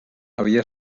havia